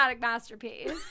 masterpiece